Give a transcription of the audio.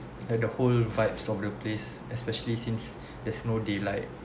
like the whole vibes of the place especially since there's no daylight